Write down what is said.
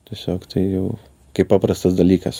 tiesiog tai jau kaip paprastas dalykas